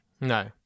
No